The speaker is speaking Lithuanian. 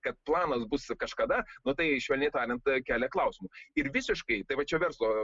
kad planas bus kažkada nu tai švelniai tariant kelia klausimų ir visiškai tai va čia verslo